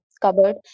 cupboard